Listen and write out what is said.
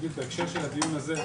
בהקשר של הדיון הזה,